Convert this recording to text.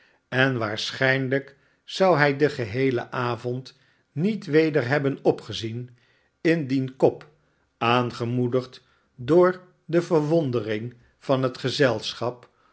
en waarschijnlijk zou hij den geheelen avond niet weder hebben opgezien indien cobb aangemoedigd door de verwondering van het gezelschap